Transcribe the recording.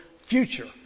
future